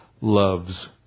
loves